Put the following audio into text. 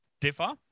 differ